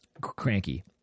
cranky